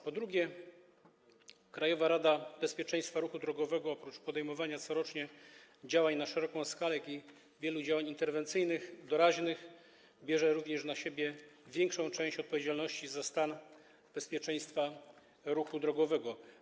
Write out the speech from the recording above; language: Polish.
Po drugie, Krajowa Rada Bezpieczeństwa Ruchu Drogowego oprócz podejmowania corocznie działań na szeroką skalę, jak i wielu interwencyjnych działań doraźnych bierze na siebie również większą część odpowiedzialności za stan bezpieczeństwa ruchu drogowego.